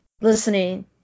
listening